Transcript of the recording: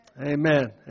Amen